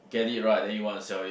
get it right then you want to sell it